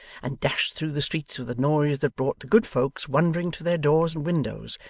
and dashed through the streets with noise that brought the good folks wondering to their doors and windows,